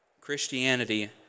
Christianity